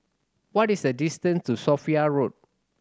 what is the distance to Sophia Road